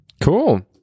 Cool